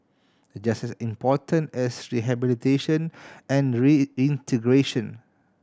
the just as important as rehabilitation and reintegration